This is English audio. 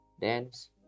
dance